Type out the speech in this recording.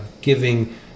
giving